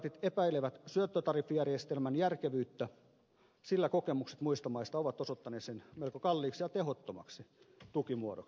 sosialidemokraatit epäilevät syöttötariffijärjestelmän järkevyyttä sillä kokemukset muista maista ovat osoittaneet sen melko kalliiksi ja tehottomaksi tukimuodoksi